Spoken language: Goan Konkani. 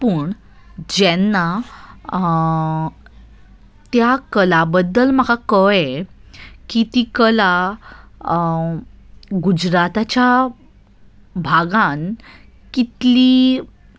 पूण जेन्ना त्या कला बद्दल म्हाका कळ्ळें की ती कला गुजराताच्या भागान कितली